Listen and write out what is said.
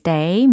Day